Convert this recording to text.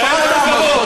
תן לנו כבוד.